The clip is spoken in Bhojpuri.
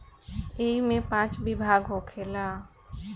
ऐइमे पाँच विभाग होखेला